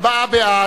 ארבעה בעד,